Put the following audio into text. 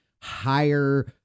higher